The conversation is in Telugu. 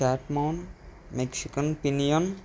క్యాట్మాన్ మెక్షికన్ పినియం